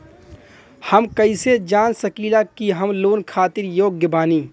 हम कईसे जान सकिला कि हम लोन खातिर योग्य बानी?